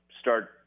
start